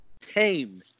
Tame